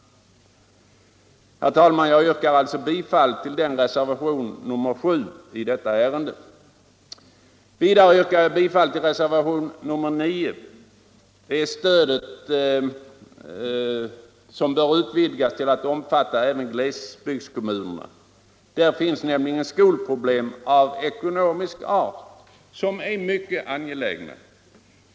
Herr talman! Jag yrkar alltså bifall till reservationen 7. Vidare yrkar jag bifall till reservationen 9 innebärande att stödet bör kunna utvidgas till att omfatta även glesbygdskommuner. Där finns nämligen skolproblem av ekonomisk art som det är mycket angeläget att lösa.